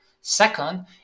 Second